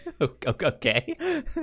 Okay